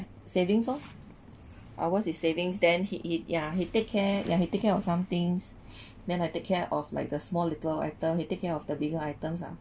savings oh ours is savings then he eat ya he take care ya he take care or somethings then I take care of like the small little item he take care of the bigger items ah